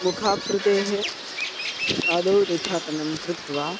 मुखाकृतेः आदौ रेखाटनं कृत्वा